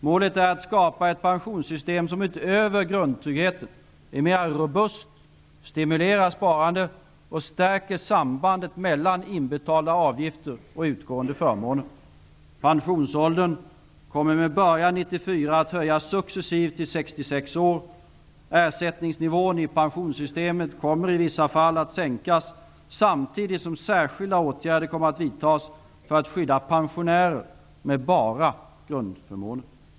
Målet är att skapa ett pensionssystem som utöver grundtryggheten är mera robust, stimulerar sparandet och stärker sambandet mellan inbetalda avgifter och utgående förmåner. Pensionsåldern kommer med början 1994 att höjas successivt till 66 år. Ersättningsnivån i pensionssystemet kommer i vissa fall att sänkas samtidigt som särskilda åtgärder kommer att vidtas för att skydda pensionärer som bara får grundförmåner.